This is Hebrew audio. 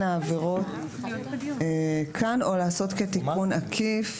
העבירות כאן או לעשות כתיקון עקיף,